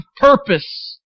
purpose